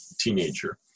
teenager